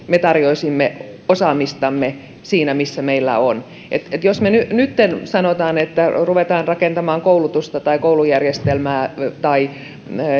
me tarjoaisimme osaamistamme siinä missä meillä on jos me nytten sanomme että ruvetaan rakentamaan koulutusta tai koulujärjestelmää tai